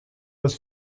was